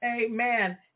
Amen